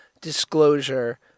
disclosure